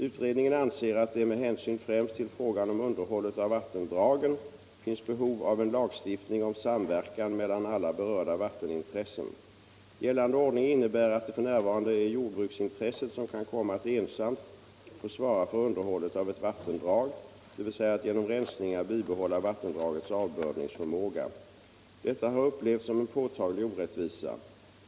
Utredningen anser att det med hänsyn främst till frågan om underhållet av vattendragen finns behov av en lagstiftning om samverkan mellan alla berörda vattenintressen. Gällande ordning innebär att det f. n. är jordbruksintresset som kan komma att ensamt få svara för underhållet av ett vattendrag, dvs. att genom rensningar bibehålla vattendragets avbördningsförmåga. Detta har upplevts som en påtaglig orättvisa.